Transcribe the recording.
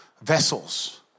Vessels